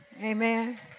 Amen